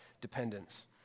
dependence